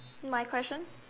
my question